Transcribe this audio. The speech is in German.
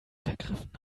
vergriffen